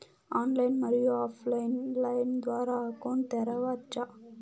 Online, మరియు offline line ద్వారా account తెరవచ్చా?